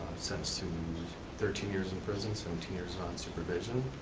sentenced to thirteen years in prison, seventeen years on supervision.